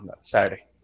Saturday